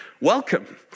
welcome